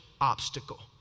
obstacle